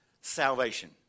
salvation